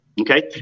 Okay